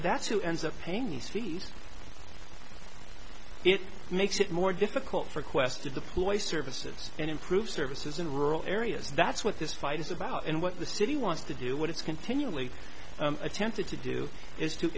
that's who ends up paying these fees it makes it more difficult for quest to deploy services and improve services in rural areas that's what this fight is about and what the city wants to do what it's continually attempted to do is to